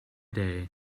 day